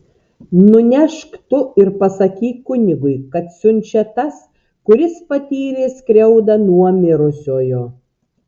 nunešk tu ir pasakyk kunigui kad siunčia tas kuris patyrė skriaudą nuo mirusiojo